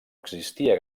existia